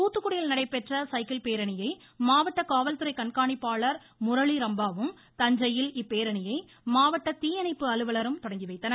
தூத்துக்குடியில் நடைபெற்ற சைக்கிள் பேரணியை மாவட்ட காவல்துறை கண்காணிப்பாளர் முரளிரம்பாவும் தஞ்சையில் இப்பேரணியை மாவட்ட தீயணைப்பு அலுவலரும் தொடங்கி வைத்தனர்